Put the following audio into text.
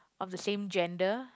of the same gender